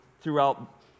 throughout